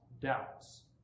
doubts